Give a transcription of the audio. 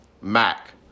Mac